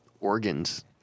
organs